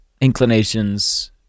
inclinations